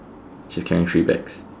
she's carrying three bags